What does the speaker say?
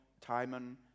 Timon